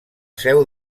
seu